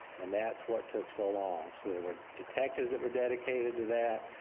and that's what took so long. so there were detectives that were dedicated to that,